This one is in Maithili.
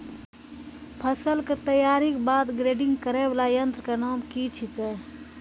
फसल के तैयारी के बाद ग्रेडिंग करै वाला यंत्र के नाम की छेकै?